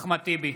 אחמד טיבי,